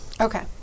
Okay